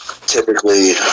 typically